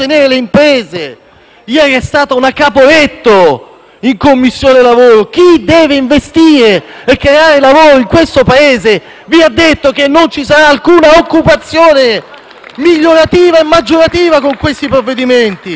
c'è stata una Caporetto. Chi deve investire e creare lavoro in questo Paese vi ha detto che non ci sarà alcuna occupazione migliorativa e maggiorativa con i provvedimenti